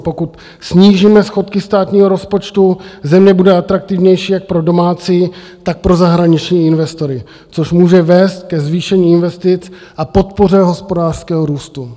Pokud snížíme schodky státního rozpočtu, země bude atraktivnější jak pro domácí, tak pro zahraniční investory, což může vést ke zvýšení investic a podpoře hospodářského růstu.